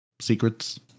secrets